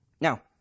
Now